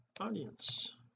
audience